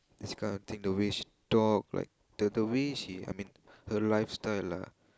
this kind of thing the way she talk like the the way she I mean her lifestyle lah